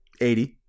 Eighty